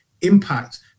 impact